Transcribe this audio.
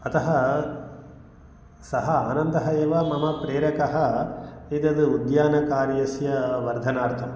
अतः सः आनन्दः एव मम प्रेरकः एदत् उद्यानकार्यस्य वर्धनार्थं